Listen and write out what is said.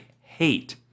hate